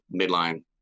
midline